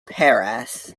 paris